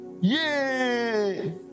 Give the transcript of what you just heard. Yay